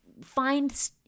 Find